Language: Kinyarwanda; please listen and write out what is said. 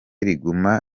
riguma